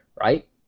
right